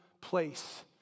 place